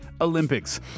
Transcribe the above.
Olympics